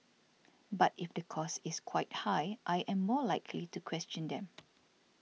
but if the cost is quite high I am more likely to question them